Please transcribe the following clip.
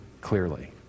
clearly